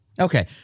Okay